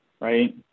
right